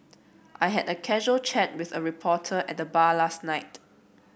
I had a casual chat with a reporter at the bar last night